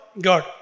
God